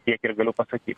tiek ir galiu pasakyt